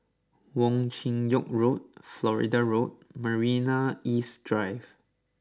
Wong Chin Yoke Road Florida Road and Marina East Drive